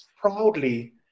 proudly